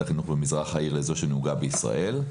החינוך במזרח העיר לזאת שנהוגה בישראל.